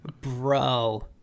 Bro